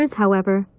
however,